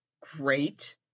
Great